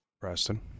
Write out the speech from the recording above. Preston